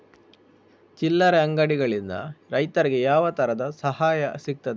ಚಿಲ್ಲರೆ ಅಂಗಡಿಗಳಿಂದ ರೈತರಿಗೆ ಯಾವ ತರದ ಸಹಾಯ ಸಿಗ್ತದೆ?